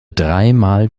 dreimal